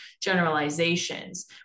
generalizations